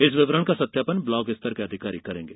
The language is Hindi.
इस विवरण का सत्यापन ब्लाकस्तर के अधिकारी करेंगे